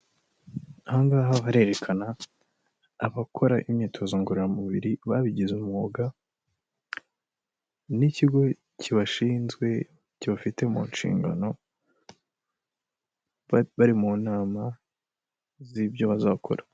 Aha ngaha barerekana abakora imyitozo ngororamubiri babigize umwuga, n'ikigo kibashinzwe kibafite mu nshingano, bari mu nama z'ibyo bazakora.